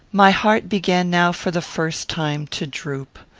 my heart began now, for the first time, to droop.